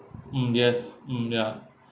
mm yes mm ya